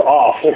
off